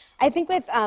i think, with